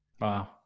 wow